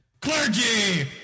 Clergy